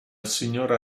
signora